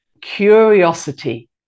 Curiosity